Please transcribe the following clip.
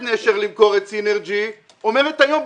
"נשר" למכור את "סינרג'י" אומרת היום,